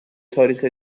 تاریخ